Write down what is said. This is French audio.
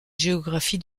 géographie